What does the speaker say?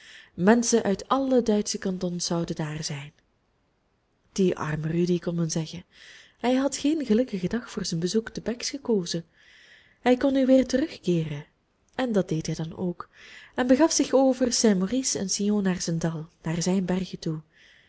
menschen uit alle duitsche kantons zouden daar zijn die arme rudy kon men zeggen hij had geen gelukkigen dag voor zijn bezoek te bex gekozen hij kon nu weer terugkeeren en dat deed hij dan ook en begaf zich over saint maurice en sion naar zijn dal naar zijn bergen toe